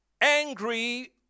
angry